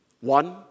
One